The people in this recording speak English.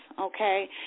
okay